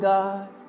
God